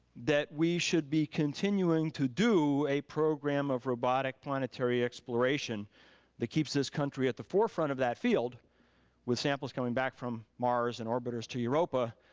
that we should be continuing to do a program of robotic planetary exploration that keeps this country at the forefront of that field with samples coming back from mars and orbiters to europa,